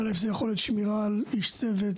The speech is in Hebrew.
זה יכול להיות שמירה על איש צוות,